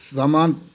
सामान